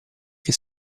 che